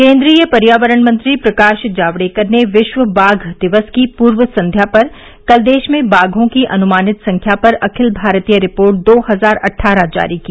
केन्द्रीय पर्यावरण मंत्री प्रकाश जावडेकर ने विश्व बाघ दिवस की पूर्व संध्या पर कल देश में बाघों की अनुमानित संख्या पर अखिल भारतीय रिपोर्ट दो हजार अट्गरह जारी की